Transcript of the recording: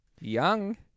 Young